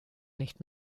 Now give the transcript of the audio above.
nicht